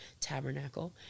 tabernacle